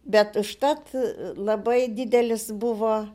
bet užtat labai didelis buvo